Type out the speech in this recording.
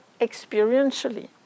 experientially